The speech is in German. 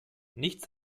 nichts